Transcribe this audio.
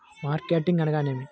Marketing అనగానేమి?